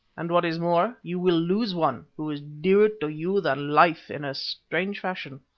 and, what is more, you will lose one who is dearer to you than life in a strange fashion.